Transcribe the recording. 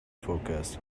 forecast